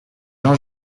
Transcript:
jean